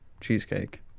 cheesecake